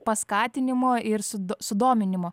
paskatinimo ir su sudominimo